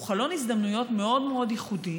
הוא חלון הזדמנויות מאוד מאוד ייחודי,